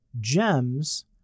gems